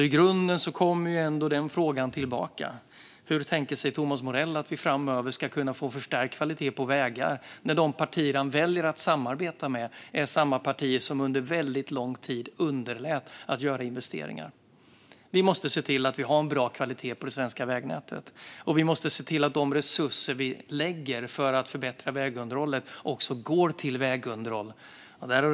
I grunden kommer ändå den frågan tillbaka. Hur tänker sig Thomas Morell att vi framöver ska kunna få förstärkt kvalitet på vägar när de partier han väljer att samarbeta med är samma partier som under väldigt lång tid underlät att göra investeringar? Vi måste se till att vi har en bra kvalitet på det svenska vägnätet, och vi måste se till att de resurser vi lägger på att förbättra vägunderhållet också går till vägunderhåll.